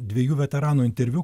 dviejų veteranų interviu